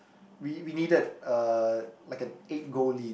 we we needed uh like an eight goal lead